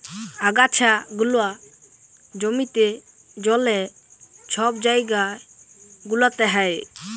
আগাছা গুলা জমিতে, জলে, ছব জাইগা গুলাতে হ্যয়